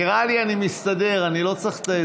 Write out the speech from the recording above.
נראה לי שאני מסתדר, אני לא צריך את העזרה שלך.